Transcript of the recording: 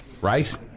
right